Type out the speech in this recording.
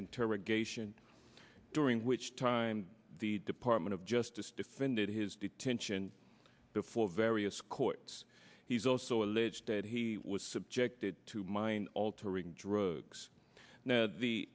interrogation during which time the department of justice defended his detention before various courts he's also alleged that he was subjected to mind altering drugs